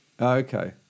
Okay